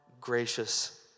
gracious